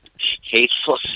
hateful